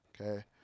Okay